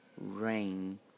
Rain